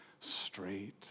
straight